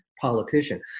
politician